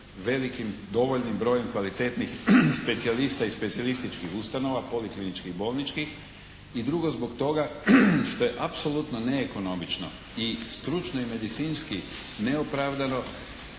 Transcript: velikim, dovoljnim brojem kvalitetnih specijalista i specijalističkih ustanova, polikliničkih i bolničkih i drugo zbog toga što je apsolutno neekonomično i stručno i medicinski neopravdano